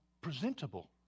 presentable